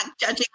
judging